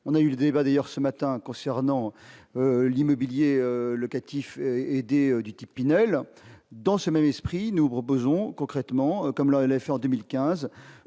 on a eu des débats d'ailleurs ce matin concernant l'immobilier locatif aidés du type Pinel dans ce même esprit, nous proposons concrètement comme le fait en 2015